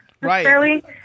right